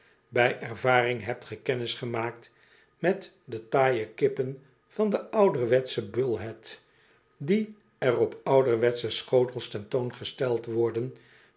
bij ervaring hebt ge kennis gemaakt met de taaie kippen van de ouderwetsche bullshead die er op ouderwetsche schotels ten toon gesteld worden